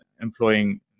employing